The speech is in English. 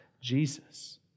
Jesus